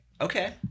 Okay